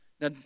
Now